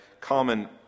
common